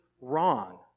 wrong